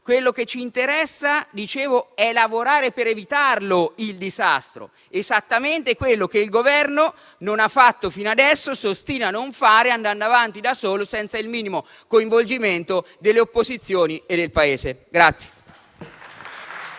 Quello che ci interessa - dicevo - è lavorare per evitarlo, il disastro: esattamente quello che il Governo non ha fatto fino adesso e si ostina a non fare andando avanti da solo, senza il minimo coinvolgimento delle opposizioni e del Paese.